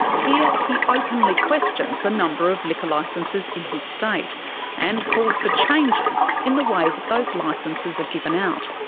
he he openly questions the number of liquor licences in his state and calls for changes in the way that those licences are given out.